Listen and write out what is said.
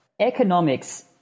Economics